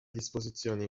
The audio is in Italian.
disposizione